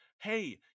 Hey